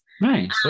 Nice